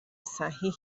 صحیح